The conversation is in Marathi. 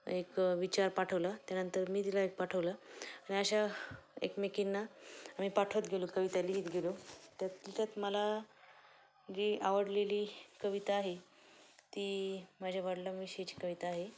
एक विचार पाठवला त्यानंतर मी तिला एक पाठवलं आणि अशा एकमेकींना आम्ही पाठवत गेलो कविता लिहित गेलो त्यातल्या त्यात मला जी आवडलेली कविता आहे ती माझ्या वडिलांविषयीची कविता आहे